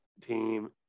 team